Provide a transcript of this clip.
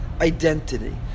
identity